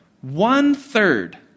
one-third